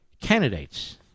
candidates